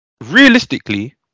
realistically